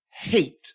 hate